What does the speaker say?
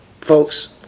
folks